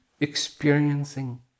experiencing